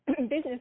business